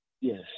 yes